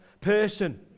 person